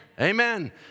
Amen